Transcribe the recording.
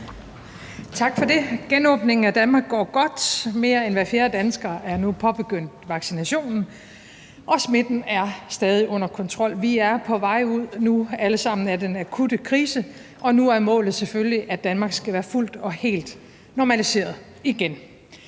Tak for det. Genåbningen af Danmark går godt, mere end hver fjerde dansker er nu påbegyndt vaccinationen, og smitten er stadig under kontrol. Vi er nu alle sammen på vej ud af den akutte krise, og nu er målet selvfølgelig, at Danmark skal være fuldt og helt normaliseret igen.